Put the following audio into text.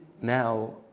now